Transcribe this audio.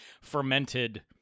fermented